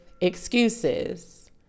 excuses